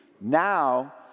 Now